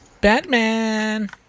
Batman